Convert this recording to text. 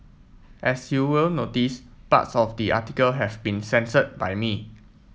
as you will notice parts of the article have been censored by me